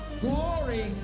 glory